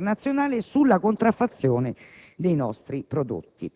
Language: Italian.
piuttosto florido basato a livello internazionale sulla contraffazione dei nostri prodotti.